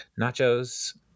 nachos